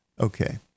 Okay